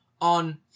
on